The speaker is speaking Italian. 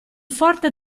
forte